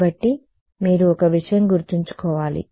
కాబట్టి మీరు ఒక విషయం గుర్తుంచుకోవాలి